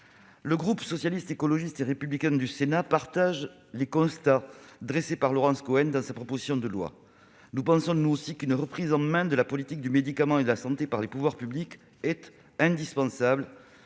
Le groupe Socialiste, Écologiste et Républicain du Sénat partage l'ensemble des constats dressés par Laurence Cohen dans sa proposition de loi. Nous pensons, nous aussi, qu'une reprise en main de la politique du médicament et de la santé par les pouvoirs publics est indispensable.